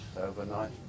overnight